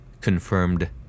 confirmed